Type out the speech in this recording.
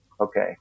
okay